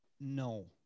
No